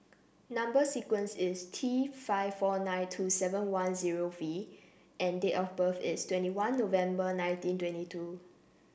number sequence is T five four nine two seven one zero V and date of birth is twenty one November nineteen twenty two